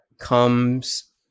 comes